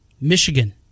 Michigan